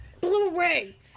blu-ray